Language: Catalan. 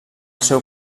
seu